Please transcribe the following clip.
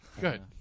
Good